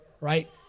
right